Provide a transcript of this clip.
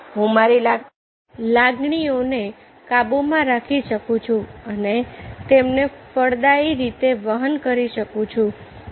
હું મારી લાગણીઓને કાબૂમાં રાખી શકું છું અને તેમને ફળદાયી રીતે વહન કરી શકું છું